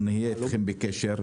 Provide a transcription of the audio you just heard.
נהיה אתכם בקשר.